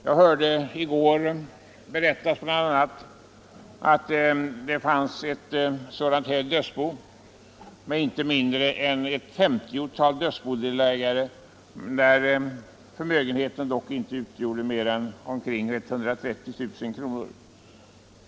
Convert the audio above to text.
Jag hörde i går bl.a. berättas om ett dödsbo med inte mindre än ett femtiotal dödsbodelägare, där förmögenheten inte var större än omkring 130 000 kr.